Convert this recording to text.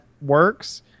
works